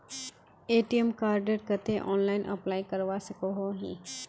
ATM कार्डेर केते online apply करवा सकोहो ही?